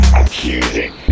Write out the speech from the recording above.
accusing